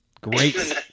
Great